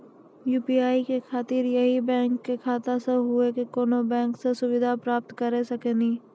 UPI के खातिर यही बैंक के खाता से हुई की कोनो बैंक से सुविधा प्राप्त करऽ सकनी?